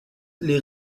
les